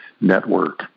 network